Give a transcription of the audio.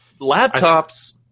laptops